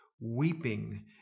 weeping